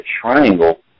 triangle